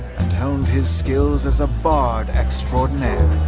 and honed his skills as a bard extraordinaire.